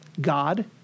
God